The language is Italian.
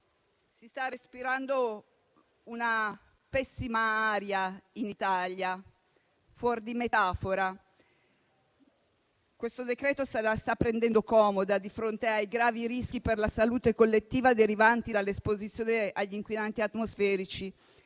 si sta respirando una pessima aria. Il provvedimento al nostro esame se la sta prendendo comoda di fronte ai gravi rischi per la salute collettiva derivanti dall'esposizione agli inquinanti atmosferici,